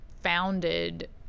founded